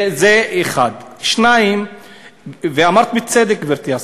זה, 1. 2. אמרת בצדק, גברתי השרה,